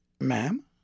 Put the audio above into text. Ma'am